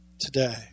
today